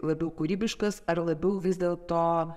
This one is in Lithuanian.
labiau kūrybiškas ar labiau vis dėlto